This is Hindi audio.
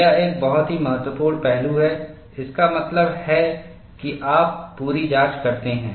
यह एक बहुत ही महत्वपूर्ण पहलू है इसका मतलब है कि आप पूरी जाँच करते हैं